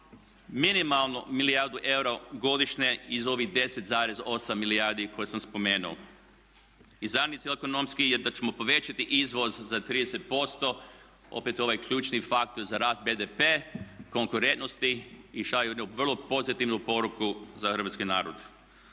minimalno milijardu eura godišnje iz ovih 10,8 milijardi koje sam spomenuo. I zamisli ekonomske je da ćemo povećati izvoz za 30%. Opet ovaj ključni faktor za rast BDP-a, konkurentnosti i šalju jednu vrlo pozitivnu poruku za hrvatski narod.